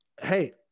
hey